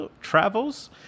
travels